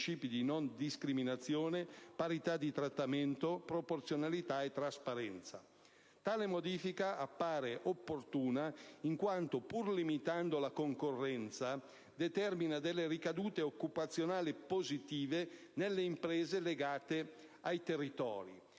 di non discriminazione, parità di trattamento, proporzionalità e trasparenza. Tale modifica appare opportuna, in quanto, pur limitando la concorrenza, determina delle ricadute occupazionali positive nelle imprese legate ai territori.